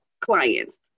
clients